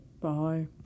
Bye